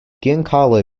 giancarlo